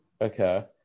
okay